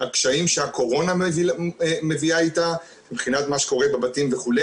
הקשיים שהקורונה מביאה איתה מבחינת מה שקורה בבתים וכו'.